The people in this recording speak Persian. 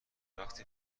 وقتی